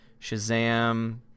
Shazam